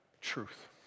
truth